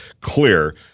clear